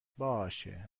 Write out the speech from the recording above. باشه